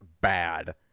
bad